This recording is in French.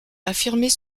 affirmait